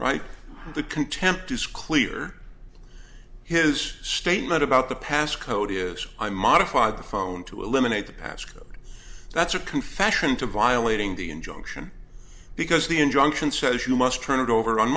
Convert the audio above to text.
the contempt is clear his statement about the pass code is i modified the phone to eliminate the pass code that's a confession to violating the injunction because the injunction says you must turn it over